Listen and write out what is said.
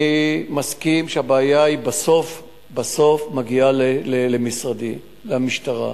אני מסכים שהבעיה בסוף בסוף מגיעה למשרדי, למשטרה,